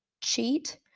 cheat